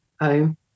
home